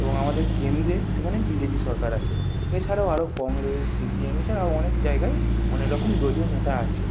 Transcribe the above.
এবং আমাদের কেন্দ্রে সেখানে বিজেপি সরকার আছে এছাড়াও আরো কংগ্রেস সিপিএম এছাড়া আরো অনেক জায়গায় অনেক রকম দলীয় নেতা আছে